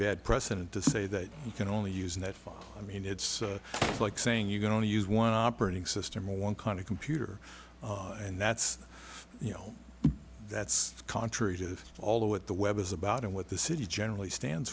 bad precedent to say that you can only use that i mean it's like saying you don't use one operating system or one kind of computer and that's you know that's contrary to all the what the web is about and what the city generally stands